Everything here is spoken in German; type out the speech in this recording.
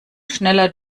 schneller